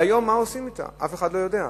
והיום מה עושים, אף אחד לא יודע.